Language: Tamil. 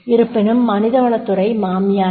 இருப்பினும் மனிதவளத் துறை மாமியார் அல்ல